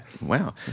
Wow